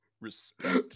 respect